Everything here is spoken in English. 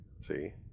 See